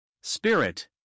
Spirit